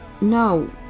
No